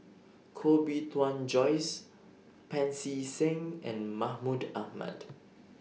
Koh Bee Tuan Joyce Pancy Seng and Mahmud Ahmad